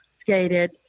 skated